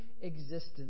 existence